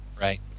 right